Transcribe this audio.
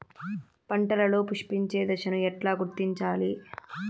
పంటలలో పుష్పించే దశను ఎట్లా గుర్తించాలి?